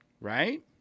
Right